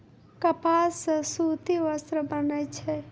कपास सॅ सूती वस्त्र बनै छै